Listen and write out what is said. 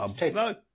No